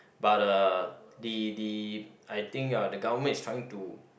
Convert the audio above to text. but uh the the I think uh the government is trying to